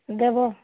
ଦେବ